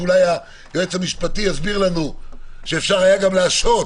ואולי היועץ המשפטי יסביר לנו שאפשר היה גם להשהות,